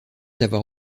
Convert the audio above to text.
avoir